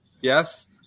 Yes